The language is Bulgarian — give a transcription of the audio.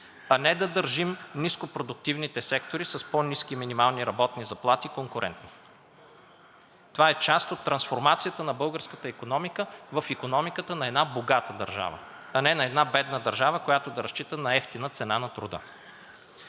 а не да държим нископродуктивните сектори с по ниски минимални работни заплати конкурентно. Това е част от трансформацията на българската икономика в икономиката на една богата държава, а не на една бедна държава, която да разчита на евтина цена на труда.